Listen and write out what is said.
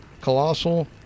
Colossal